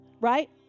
right